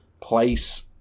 place